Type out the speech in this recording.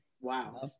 wow